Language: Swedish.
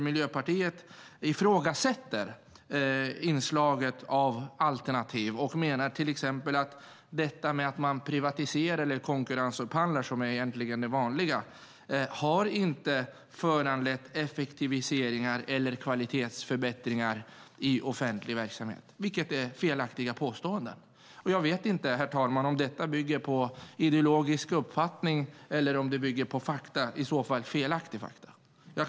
Miljöpartiet ifrågasätter inslaget av alternativ och menar att konkurrensupphandling inte har föranlett effektiviseringar eller kvalitetsförbättringar i offentlig verksamhet. Det är ett felaktigt påstående. Jag vet inte, herr talman, om det bygger på ideologisk uppfattning eller felaktiga fakta.